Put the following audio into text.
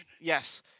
Yes